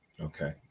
Okay